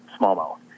smallmouth